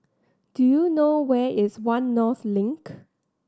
do you know where is One North Link